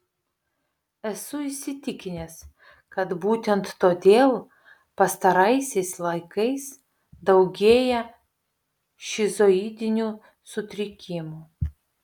esu įsitikinęs kad būtent todėl pastaraisiais laikais daugėja šizoidinių sutrikimų